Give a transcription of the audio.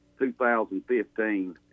2015